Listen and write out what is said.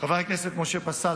חבר הכנסת משה פסל,